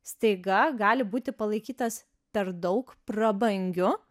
staiga gali būti palaikytas per daug prabangiu